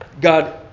God